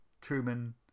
Truman